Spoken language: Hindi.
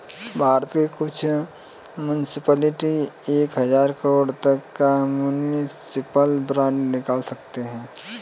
भारत के कुछ मुन्सिपलिटी एक हज़ार करोड़ तक का म्युनिसिपल बांड निकाल सकते हैं